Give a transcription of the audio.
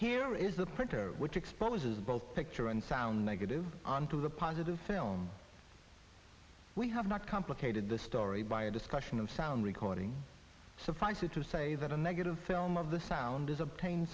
here is the printer which but loses both picture and sound negative onto the positive film we have not complicated the story by a discussion of sound recording suffice it to say that a negative film of the sound is obtain